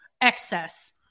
excess